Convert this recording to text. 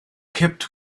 kept